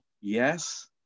yes